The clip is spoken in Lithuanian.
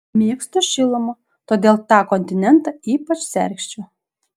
mėgstu šilumą todėl tą kontinentą ypač sergsčiu